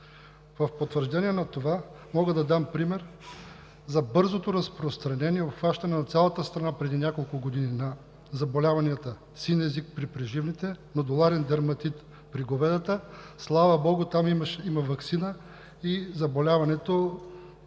В потвърждение на това мога да дам пример за бързото разпространение и обхващане на цялата страна преди няколко години на заболяванията „син език“ при преживните и нодуларен дерматит при говедата, слава богу, там има ваксина и заболяването